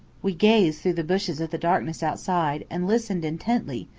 we gazed through the bushes at the darkness outside, and listened intently,